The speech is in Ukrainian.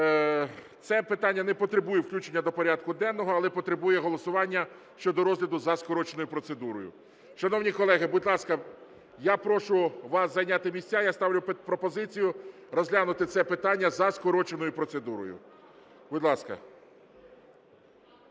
Це питання не потребує включення до порядку денного, але потребує голосування щодо розгляду за скороченою процедурою. Шановні колеги, будь ласка, я прошу вас зайняти місця, я ставлю пропозицію розглянути це питання за скороченою процедурою. Будь ласка.